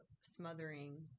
smothering